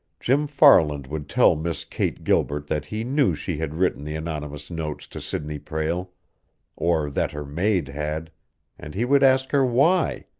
jim farland would tell miss kate gilbert that he knew she had written the anonymous notes to sidney prale or that her maid had and he would ask her why.